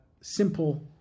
simple